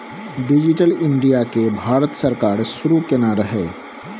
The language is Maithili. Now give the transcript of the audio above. डिजिटल इंडिया केँ भारत सरकार शुरू केने रहय